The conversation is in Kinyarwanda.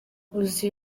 uzi